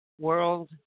world